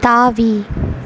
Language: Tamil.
தாவி